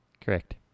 correct